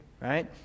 right